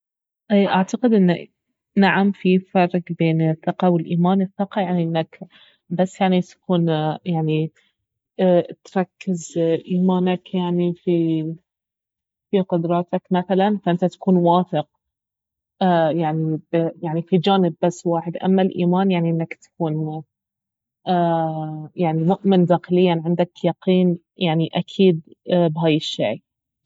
اعتقد انه نعم في فرق بين الثقة والايمان الثقة يعني انك بس يعني تكون يعني تركز ايمانك يعني في- في قدراتك مثلا فانت تكون واثق يعني في جانب بس واحد اما الايمان يعني انك تكون يعني مؤمن داخليا عندك يقين يعني أكيد بهاي الشيء